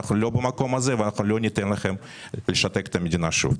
אנחנו לא במקום הזה ואנחנו לא ניתן לכם לשתק את המדינה שוב.